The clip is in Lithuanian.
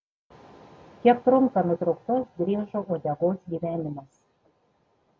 kiek trunka nutrauktos driežo uodegos gyvenimas